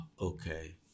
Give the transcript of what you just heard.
okay